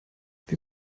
wie